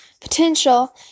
potential